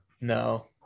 No